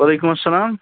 وعلیکُم اسلام